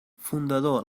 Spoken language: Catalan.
fundador